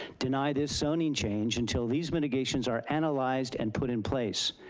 deny this zoning change until these mitigations are analyzed and put in place.